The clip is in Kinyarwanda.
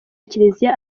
kiliziya